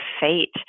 fate